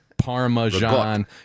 Parmesan